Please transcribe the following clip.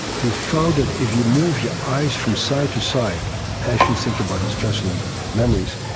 who found that, if you move your eyes from side to side as you think about distressing memories,